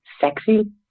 sexy